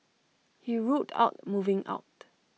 he ruled out moving out